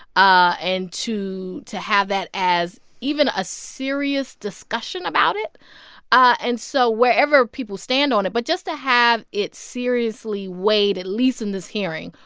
ah and to to have that as even a serious discussion about it and so wherever people stand on it but just to have it seriously weighed, at least in this hearing,